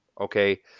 okay